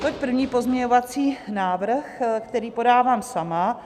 Toť první pozměňovací návrh, který podávám sama.